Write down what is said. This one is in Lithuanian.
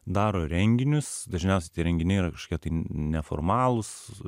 daro renginius dažniausiai tie renginiai yra kažkiek tai neformalūs